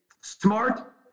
smart